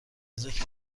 ذکر